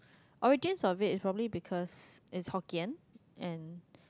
origins of it is probably because it's hokkien and